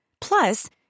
Plus